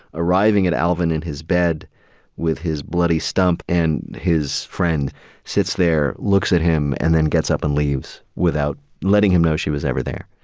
arriving at alvin in his bed with his bloody stump, and his friend sits there, looks at him, and then gets up and leaves without letting him know she was ever there.